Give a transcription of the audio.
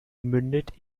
mündet